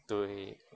对